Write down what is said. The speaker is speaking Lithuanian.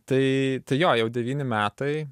tai jo jau devyni metai